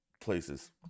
places